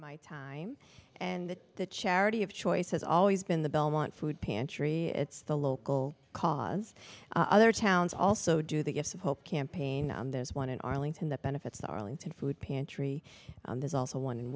my time and that charity of choice has always been the belmont food pantry it's the local cars other towns also do the gifts of hope campaign on this one in arlington that benefits arlington food pantry there's also one